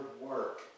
work